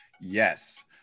Yes